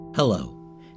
Hello